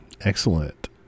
excellent